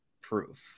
proof